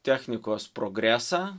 technikos progresą